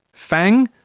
fang,